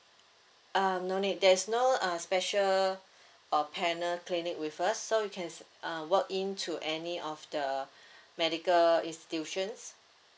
uh no need there's no uh special uh panel clinic with us so we can s~ uh walk in to any of the medical institutions